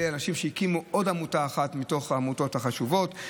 אלה האנשים שהקימו עוד עמותה אחת מתוך העמותות החשובות.